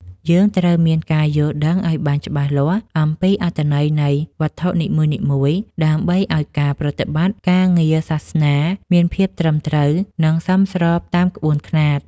យើងត្រូវមានការយល់ដឹងឱ្យបានច្បាស់លាស់អំពីអត្ថន័យនៃវត្ថុនីមួយៗ ដើម្បីឱ្យការប្រតិបត្តិការងារសាសនាមានភាពត្រឹមត្រូវ និងសមស្របតាមក្បួនខ្នាត។